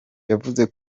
yavuze